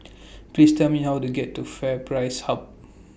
Please Tell Me How to get to FairPrice Hub